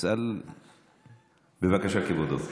בבקשה, כבודו,